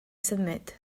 symud